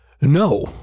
No